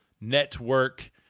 network